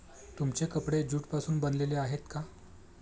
तुमचे कपडे ज्यूट पासून बनलेले आहेत का?